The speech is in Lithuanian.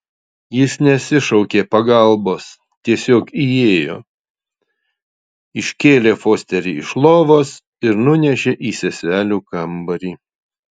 jis nesišaukė pagalbos tiesiog įėjo iškėlė fosterį iš lovos ir nunešė į seselių kambarį